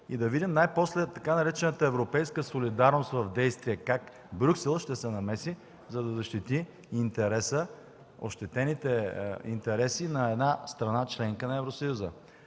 и да видим най-после така наречената „европейска солидарност” в действие? Как Брюксел ще се намеси, за да защити интереса, ощетените интереси на една страна – членка на Евросъюза?